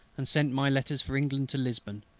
and sent my letters for england to lisbon,